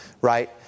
right